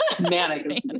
manic